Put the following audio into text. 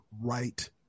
right